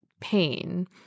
pain